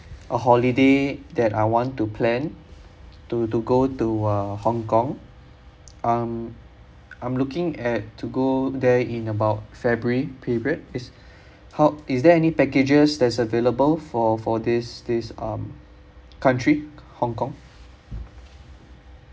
a holiday that I want to plan to to go to uh hong kong um I'm looking at to go there in about february period is how is there any packages there's available for for this this um country hong kong